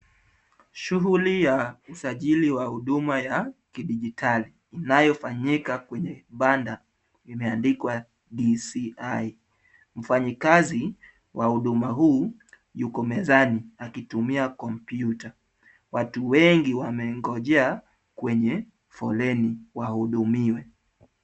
Shughuli ya usajili wa huduma ya kidijitali inayofanyika kwenye banda imeandikwa DCI. Mfanyikazi wa huduma huu yuko mezani akitumia kompyuta. Watu wengi wamengojea kwenye foleni wahudumiwe.